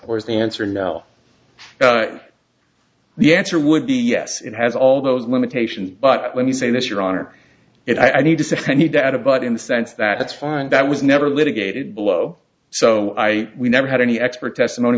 is the answer now the answer would be yes it has all those limitations but when you say this your honor it i need to send you data but in the sense that that's fine that was never litigated below so i we never had any expert testimony